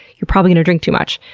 you're probably going to drink too much.